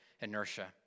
inertia